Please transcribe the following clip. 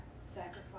sacrifice